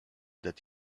that